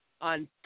on